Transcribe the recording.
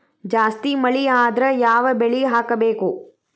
ಜಾಸ್ತಿ ಮಳಿ ಆದ್ರ ಯಾವ ಬೆಳಿ ಹಾಕಬೇಕು?